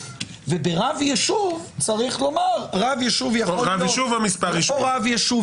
וברב יישוב צריך לומר שרב יישוב יכול להיות או רב יישוב